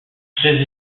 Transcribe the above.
très